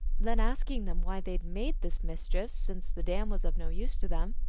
then asking them why they had made this mischief, since the dam was of no use to them,